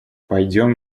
пойдем